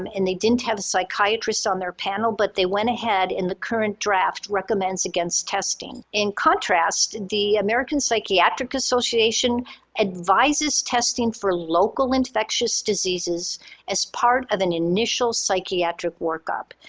um they didn't have a psychiatrist on their panel but they went ahead in the current draft recommends against testing. in contrast, the american psychiatric association advises testing for local infectious diseases as part of an initial psychiatric workup.